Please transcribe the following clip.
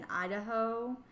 Idaho